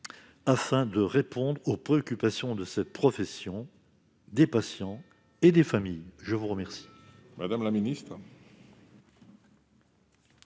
afin de répondre aux préoccupations de cette profession, des patients et des familles. La parole est à Mme la ministre